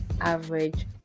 average